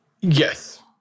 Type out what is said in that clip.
Yes